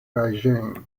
regime